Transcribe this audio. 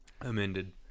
Amended